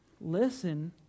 Listen